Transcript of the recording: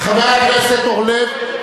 חבר הכנסת אורלב,